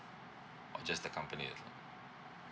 or just the company itself